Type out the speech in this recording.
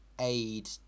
aid